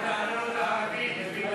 אולי אם תענו בערבית הוא יבין משהו.